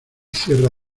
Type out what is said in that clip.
sierra